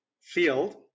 field